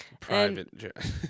private